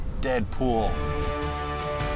Deadpool